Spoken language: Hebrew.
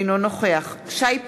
אינו נוכח שי פירון,